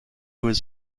was